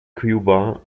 cuba